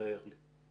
תאר לי.